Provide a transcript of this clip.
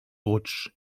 rutsch